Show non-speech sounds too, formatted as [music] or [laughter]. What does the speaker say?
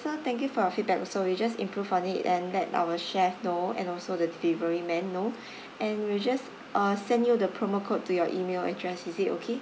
so thank you for your feedback also we'll just improve on it and let our chef know and also the delivery man know [breath] and we'll just uh send you the promo code to your email address is it okay